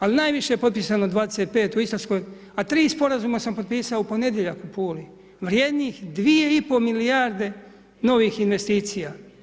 Ali najviše je potpisa na 25 u Istarskoj, a 3 sporazuma sam potpisao u ponedjeljak u Puli vrijednih 2,5 milijarde novih investicija.